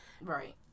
Right